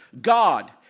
God